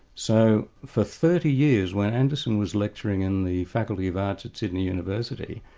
so for thirty years, when anderson was lecturing in the faculty of arts at sydney university,